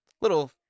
Little